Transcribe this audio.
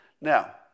Now